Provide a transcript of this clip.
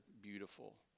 beautiful